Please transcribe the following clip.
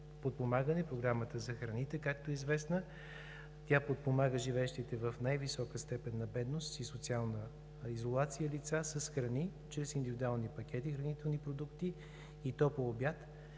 подпомагане – Програмата за храните, както е известна. Тя подпомага живеещите в най-висока степен на бедност и социална изолация лица с храни чрез индивидуални пакети хранителни продукти, и то по обяд.